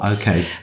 okay